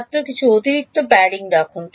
ছাত্র কিছু অতিরিক্ত প্যাডিং রাখুন